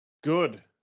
Good